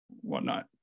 whatnot